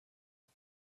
but